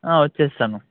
వచ్చేస్తాను